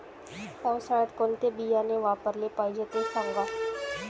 पावसाळ्यात कोणते बियाणे वापरले पाहिजे ते सांगा